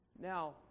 Now